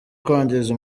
kwangiza